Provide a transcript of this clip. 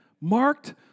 marked